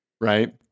right